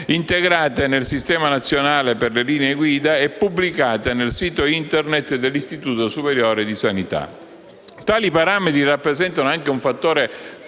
integrate nel Sistema nazionale per le linee guida e pubblicate nel sito internet dell'Istituto superiore di sanità. Tali parametri rappresentano anche un fattore fondamentale